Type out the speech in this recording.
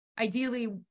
ideally